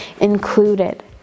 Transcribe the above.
included